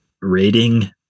rating